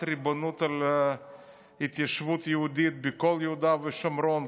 ריבונות על ההתיישבות היהודית בכל יהודה ושומרון,